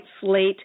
slate